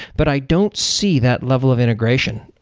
but i don't see that level of integration.